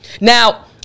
Now